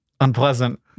unpleasant